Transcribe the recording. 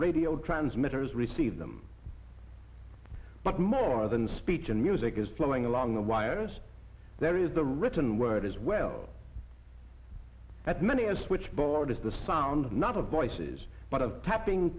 radio transmitters receive them but more than speech and music is flowing along the wires there is the written word as well at many a switchboard is the sound not of voices but of tapping